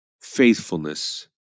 faithfulness